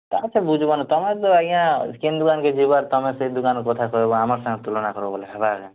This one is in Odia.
ତୁମେ ତ ବୁଝବନି ତୁମେ ତ ଆଜ୍ଞା କିନ୍ ଦୁକାନ୍କୁ ଯିବ ତୁମେ ସେ ଦୁକାନ୍ କଥା କହିବ ଆମର୍ ସାଙ୍ଗେ ତୁଳନା କରିବ ବୋଲେ ହେବାର କେଁ